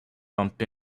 bump